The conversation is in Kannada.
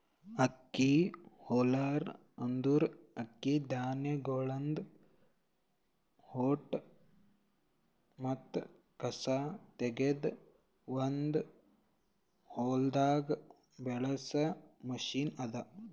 ಅಕ್ಕಿ ಹಲ್ಲರ್ ಅಂದುರ್ ಅಕ್ಕಿ ಧಾನ್ಯಗೊಳ್ದಾಂದ್ ಹೊಟ್ಟ ಮತ್ತ ಕಸಾ ತೆಗೆದ್ ಒಂದು ಹೊಲ್ದಾಗ್ ಬಳಸ ಮಷೀನ್ ಅದಾ